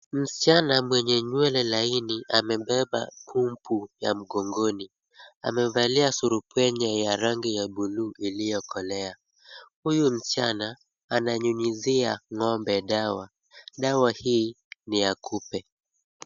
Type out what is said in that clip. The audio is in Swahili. Msichana mwenye nywele laini amebeba pumpu ya mgongoni. Amevalia surupwenye ya rangi ya buluu iliokolea. Huyu msichana ananyunyizia ng'ombe dawa. Dawa hii ni ya kupe.